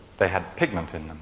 they had pigment in